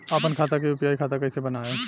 आपन खाता के यू.पी.आई खाता कईसे बनाएम?